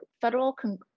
federal